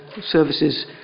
services